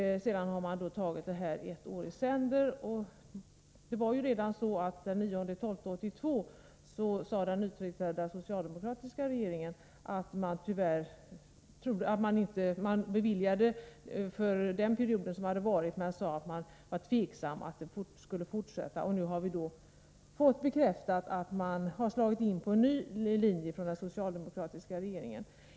Sedan har regeringen fattat beslut för ett år i sänder. Den 9 december 1982 beviljade den nytillträdda socialdemokratiska regeringen restitution för den period som var aktuell men uttalade redan då att det var tveksamt om man skulle fortsätta. Nu har vi fått bekräftat att den socialdemokratiska regeringen har slagit in på en ny linje.